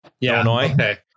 Illinois